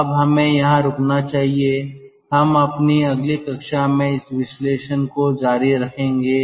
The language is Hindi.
अब हमें यहाँ रुकना चाहिए हम अपनी अगली कक्षा में इस विश्लेषण को जारी रखेंगे